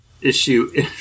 Issue